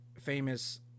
famous